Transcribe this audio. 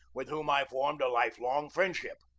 with whom i formed a life-long friend ship.